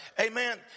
Amen